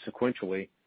sequentially